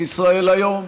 ישראל היום,